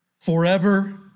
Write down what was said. Forever